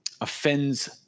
offends